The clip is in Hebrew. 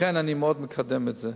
לכן אני מאוד מקדם את זה.